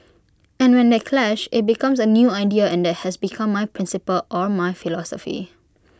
and when they clash IT becomes A new idea and that has become my principle or my philosophy